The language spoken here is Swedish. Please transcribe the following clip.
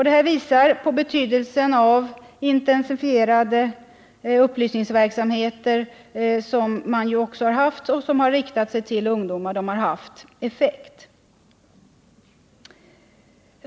Detta visar på betydelsen av att den intensifierade upplysningsverksamhet som har bedrivits och som just riktat sig till ungdomar har haft effekt.